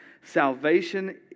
Salvation